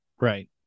Right